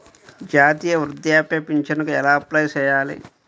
జాతీయ వృద్ధాప్య పింఛనుకి ఎలా అప్లై చేయాలి?